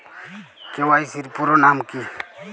KYC এর পুরোনাম কী?